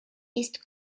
ist